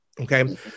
okay